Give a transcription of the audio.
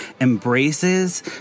embraces